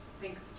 thanks